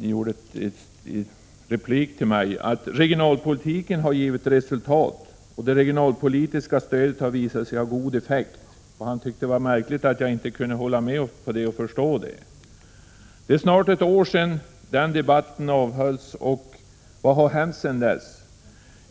i replik till mig att regionalpolitiken har givit resultat och att det regionalpolitiska stödet har visat sig ha god effekt. Han tyckte att det var märkligt att jag inte kunde hålla med om det och förstå det. Det är snart ett år sedan den debatten ägde rum. Vad har hänt sedan dess?